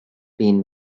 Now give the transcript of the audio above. been